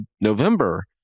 November